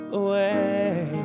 away